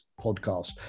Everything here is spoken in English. podcast